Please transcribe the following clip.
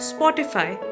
Spotify